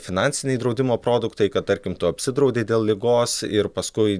finansiniai draudimo produktai kad tarkim tu apsidraudei dėl ligos ir paskui